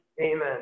Amen